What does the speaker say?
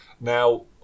now